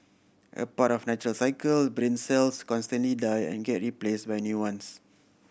as part of a natural cycle brain cells constantly die and get replaced by new ones